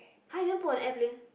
!huh! you no put at airplane